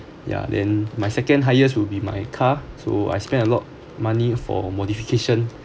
ya then my second highest will be my car so I spend a lot money for modification